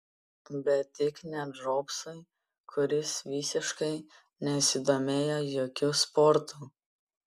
bet tik ne džobsui kuris visiškai nesidomėjo jokiu sportu